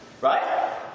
right